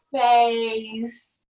face